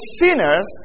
sinners